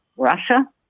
Russia